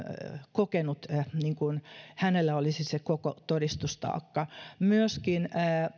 kokeneella olisi se koko todistustaakka myöskin